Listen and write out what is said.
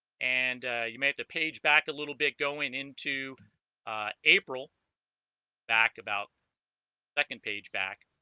and you may have to page back a little bit going into april back about second page back